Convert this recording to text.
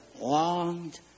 longed